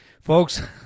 folks